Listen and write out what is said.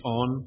on